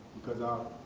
because the